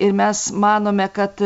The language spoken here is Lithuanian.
ir mes manome kad